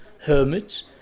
hermits